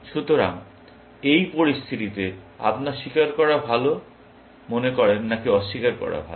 সুতরাং এই পরিস্থিতিতে আপনার স্বীকার করা ভাল মনে করেন নাকি অস্বীকার করা ভাল